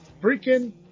freaking